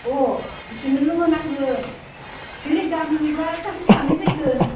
अ बिसोरनो लोंहोनांगोन बे गामिनिबो आरो सासे सानै फैगोन